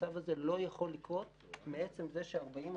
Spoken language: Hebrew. המצב הזה לא יכול לקרות בעצם זה ש-40%